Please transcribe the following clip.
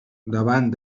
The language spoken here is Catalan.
davant